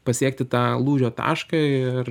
pasiekti tą lūžio tašką ir